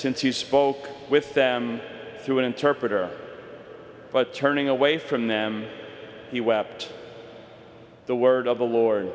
since he spoke with them through an interpreter but turning away from them he wept the word